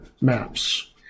maps